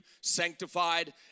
sanctified